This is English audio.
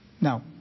Now